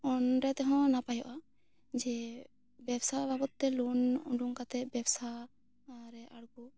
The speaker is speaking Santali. ᱚᱸᱰᱮ ᱫᱚᱦᱚᱸ ᱱᱟᱯᱟᱭᱚᱜᱼᱟ ᱡᱮ ᱵᱮᱵᱥᱟ ᱵᱟᱵᱚᱛ ᱛᱮ ᱞᱳᱱ ᱳᱰᱳᱝ ᱠᱟᱛᱮ ᱵᱮᱵᱥᱟ ᱟᱨᱮ ᱟᱬᱜᱳ